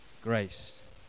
grace